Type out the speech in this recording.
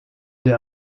der